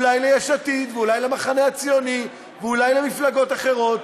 אולי ליש עתיד ואולי למחנה הציוני ואולי למפלגות אחרות,